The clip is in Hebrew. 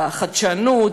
בחדשנות,